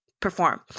perform